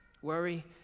Worry